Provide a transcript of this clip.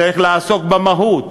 צריך לעסוק במהות.